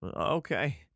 Okay